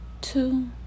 two